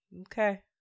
Okay